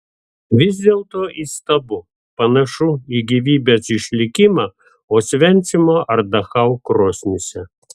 vis dėlto įstabu panašu į gyvybės išlikimą osvencimo ar dachau krosnyse